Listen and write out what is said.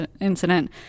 incident